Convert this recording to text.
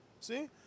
See